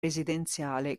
residenziale